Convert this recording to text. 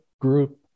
group